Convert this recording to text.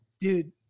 Dude